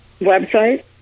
Website